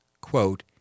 quote